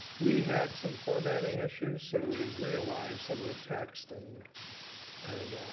we had some formatting issues, so we re-aligned some of the text and and